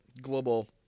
global